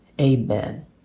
Amen